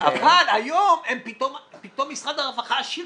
אבל היום פתאום משרד הרווחה עשירים,